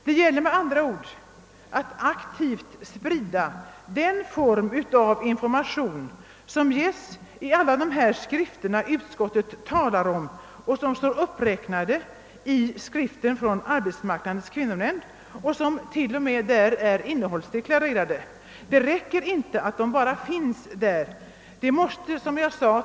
Det gäller med andra ord att aktivt sprida den form av information som ges i alla de skrifter utskottet talar om och som står uppräknade i skriften från Arbetsmarknadens kvinnonämnd och som där till och med är innehållsdeklarerade. Det räcker inte med att skrifterna bara finns — och t.o.m. finns uppräknade och innehållsdeklarerade.